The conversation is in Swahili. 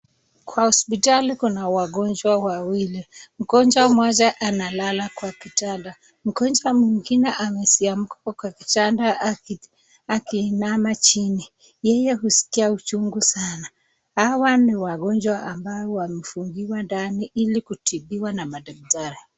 Kwa hospitali kuna wagonjwa wawili. Mgonjwa mmoja analala kwa kitanda, mgonjwa mwingine ameamka kwa kitanda akiinama chini, yeye huskia uchungu sana. Hawa ni wagonjwa ambao wamefungiwa ndani ili kutibiwa na madaktari.